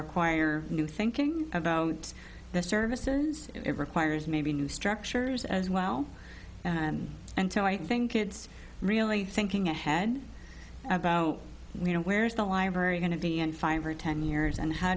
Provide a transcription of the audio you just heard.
require new thinking about the services it requires maybe new structures as well until i think it's really thinking ahead about you know where is the library going to be in five or ten years and how